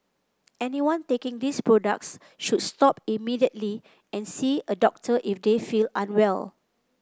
anyone taking these products should stop immediately and see a doctor if they feel unwell